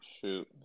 shoot